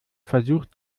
versucht